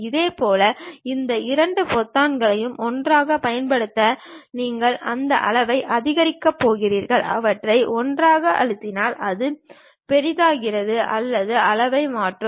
இதேபோல் இந்த இரண்டு பொத்தான்களையும் ஒன்றாகப் பயன்படுத்த நீங்கள் அந்த அளவை அதிகரிக்க விரும்புகிறீர்கள் அவற்றை ஒன்றாக அழுத்தினால் அது பெரிதாகிறது அல்லது அளவை மாற்றும்